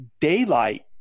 daylight